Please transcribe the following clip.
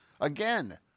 again